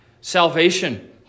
salvation